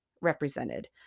represented